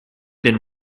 been